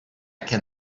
can